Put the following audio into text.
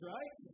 Right